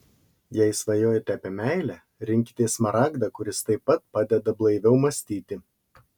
jei svajojate apie meilę rinkitės smaragdą kuris taip pat padeda blaiviau mąstyti